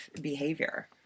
behavior